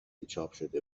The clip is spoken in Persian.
چاپشده